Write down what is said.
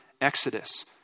exodus